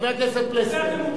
חבר הכנסת פלסנר.